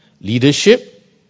leadership